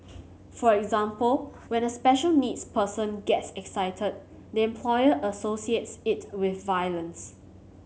for example when a special needs person gets excited the employer associates it with violence